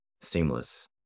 seamless